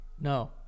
No